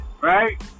right